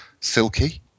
silky